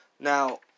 Now